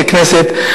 ככנסת,